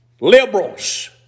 liberals